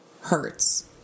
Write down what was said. hurts